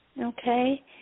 okay